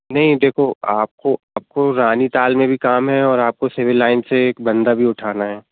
नहीं देखो आपको आपको रानीताल में भी काम है और आपको सिविल लाइन से एक बंदा भी उठाना हैं